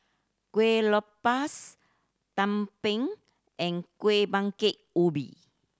Kueh Lopes tumpeng and Kueh Bingka Ubi